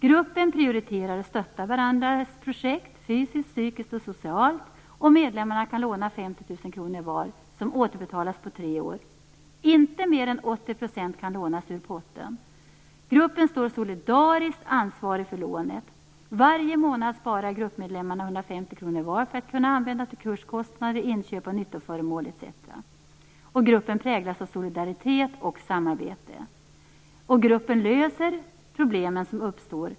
Gruppen prioriterar och stöttar varandras projekt fysiskt, psykiskt och socialt, och medlemmarna kan låna 50 000 kr var som återbetalas på tre år. Inte mer än 80 % kan lånas ur potten. Gruppen står solidariskt ansvarig för lånet. Varje månad sparar gruppmedlemmar 150 kr var för att kunna använda dem till kurskostnader, inköp av nyttoföremål etc. Gruppen präglas av solidaritet och samarbete. Gruppen löser de problem som uppstår.